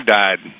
died